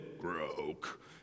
broke